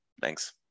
Thanks